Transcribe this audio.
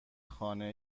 خانه